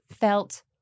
felt